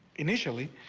initially